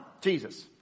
Jesus